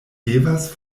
devas